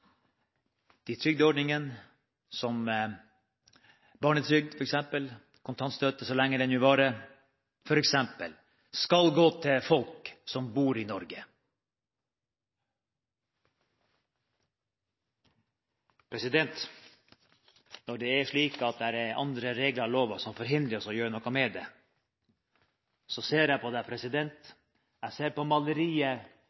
de trygdeordningene, f.eks. barnetrygd og kontantstøtte – så lenge den vil vare – skal gå til folk som bor i Norge. Når det er slik at det er andre regler og lover som forhindrer oss i å gjøre noe med dette, så ser jeg på